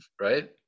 Right